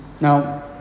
Now